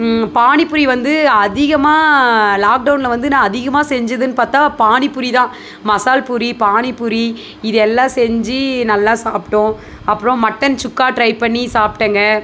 பானி பூரி வந்து அதிகமாக லாக்டவுனில் வந்து நான் அதிகமா செஞ்சதுன்னு பார்த்தா பானி பூரி தான் மசால் பூரி பானி பூரி இது எல்லாம் செஞ்சி நல்லா சாப்பிட்டோம் அப்றம் மட்டன் சுக்கா ட்ரை பண்ணி சாப்பிட்டேங்க